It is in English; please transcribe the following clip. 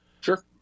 Sure